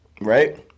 Right